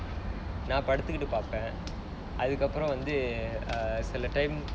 நான் படுத்துகிட்டு பார்ப்பேன் அதுக்கு அப்புறம் வந்து சில:naan paduthukittu paarpaen athukku appuram vanthu sila times வந்து:vanthu